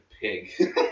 pig